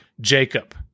Jacob